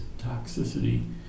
toxicity